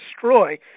destroy